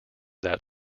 that